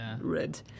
red